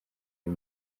uyu